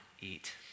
eat